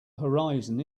horizon